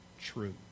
true